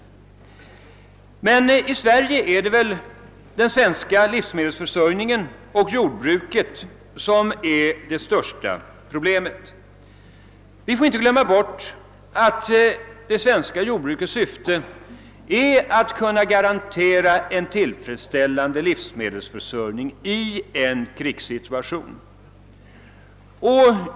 I Sverige är livsmedelsförsörjningen och jordbruket det största problemet. Vi får inte glömma bort att det svenska jordbrukets syfte är att garantera en tillfredsställande livsmedelsförsörjning i en krigssituation.